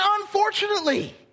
unfortunately